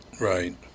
right